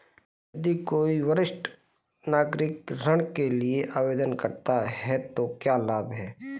यदि कोई वरिष्ठ नागरिक ऋण के लिए आवेदन करता है तो क्या लाभ हैं?